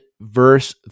verse